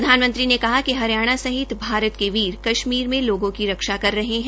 प्रधानमंत्री ने कहा कि हरियाणा सहित भारत के वीर कश्मीर मे लोगों की रक्षा कर रहे है